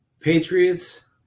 Patriots